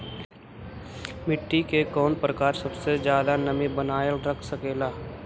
मिट्टी के कौन प्रकार सबसे जादा नमी बनाएल रख सकेला?